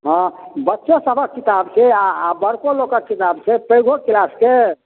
हँ बच्चे सभक किताब छै आओर आओर बड़को लोकके किताब छै पैघो किलासके